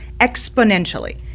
exponentially